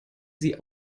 sie